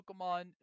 pokemon